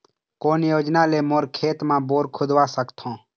कोन योजना ले मोर खेत मा बोर खुदवा सकथों?